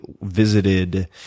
visited